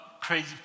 crazy